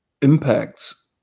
impacts